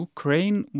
Ukraine